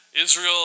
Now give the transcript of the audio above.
Israel